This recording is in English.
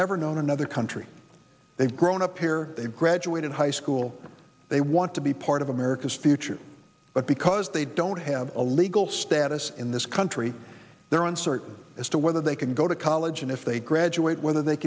never known another country they've grown up here they've graduated high school they want to be part of america's future but because they don't have the legal status in this country there are uncertain as to whether they can go to college and if they graduate whether they